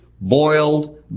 boiled